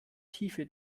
tiefe